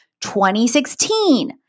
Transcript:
2016